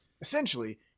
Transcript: essentially